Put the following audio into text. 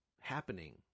happening